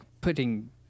putting